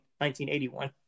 1981